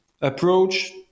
approach